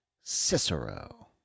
Cicero